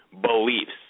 beliefs